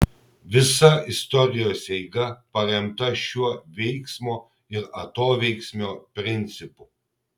visa istorijos eiga paremta šiuo veiksmo ir atoveiksmio principu